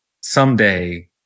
Someday